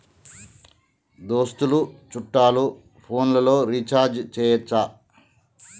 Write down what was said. దోస్తులు చుట్టాలు ఫోన్లలో రీఛార్జి చేయచ్చా?